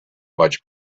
much